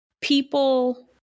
people